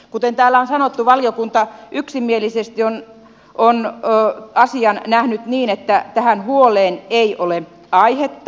kuten täällä on sanottu valiokunta yksimielisesti on asian nähnyt niin että tähän huoleen ei ole aihetta